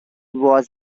was